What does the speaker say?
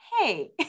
hey